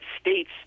states